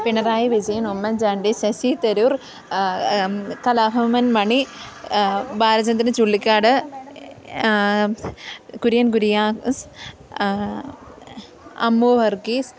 Pinarayi Vijayan Oommen Chandy Shashi Tharoor Kalabhavan Mani Balachandran Chullikkad Kurian Kuriakose Ammu Varghese